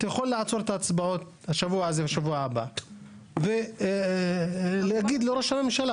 אתם יכולים לעצור את ההצבעות בשבוע הזה ובשבוע הבא ולהגיד לראש הממשלה